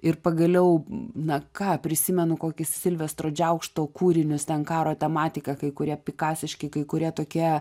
ir pagaliau na ką prisimenu kokį silvestro džiaukšto kūrinius ten karo tematika kai kurie pikasiški kai kurie tokie